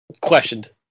questioned